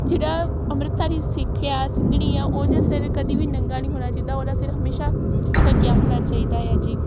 ਜਿਹੜਾ ਅੰਮ੍ਰਿਤਧਾਰੀ ਸਿੱਖ ਆ ਸਿੰਘਣੀ ਆ ਉਹਦਾ ਸਿਰ ਕਦੇ ਵੀ ਨੰਗਾ ਨਹੀਂ ਹੋਣਾ ਚਾਹੀਦਾ ਉਹਦਾ ਸਿਰ ਹਮੇਸ਼ਾਂ ਢਕਿਆ ਹੋਣਾ ਚਾਹੀਦਾ ਆ ਜੀ